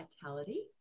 vitality